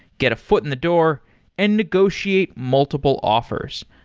get a foot in the door and negotiate multiple offers.